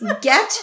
Get